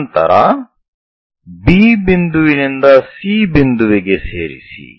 ನಂತರ B ಬಿಂದುವಿನಿಂದ C ಬಿಂದುವಿಗೆ ಸೇರಿಸಿ